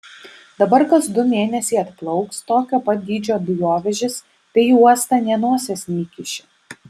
dabar kas du mėnesiai atplauks tokio pat dydžio dujovežis tai į uostą nė nosies neįkiši